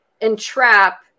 entrap